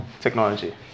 technology